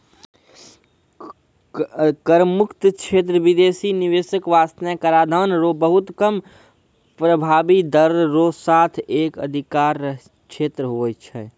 कर मुक्त क्षेत्र बिदेसी निवेशक बासतें कराधान रो बहुत कम प्रभाबी दर रो साथ एक अधिकार क्षेत्र हुवै छै